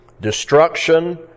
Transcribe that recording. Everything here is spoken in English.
destruction